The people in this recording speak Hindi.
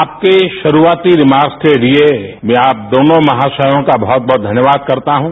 आपके शुरुआती रिमार्कस के लिए मैं आप दोनों महाशयों का बहुत बहुत धन्यवाद करता हूं